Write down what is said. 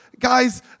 Guys